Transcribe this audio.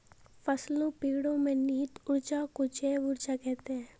फसलों पेड़ो में निहित ऊर्जा को जैव ऊर्जा कहते हैं